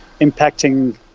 impacting